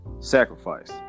sacrifice